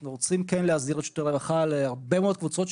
אנחנו כן רוצים להחזיר את שירותי הרווחה להרבה מאוד קבוצות,